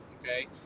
Okay